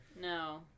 no